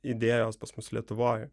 idėjos pas mus lietuvoj